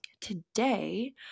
Today